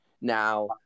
Now –